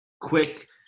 quick